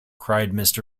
cried